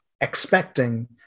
expecting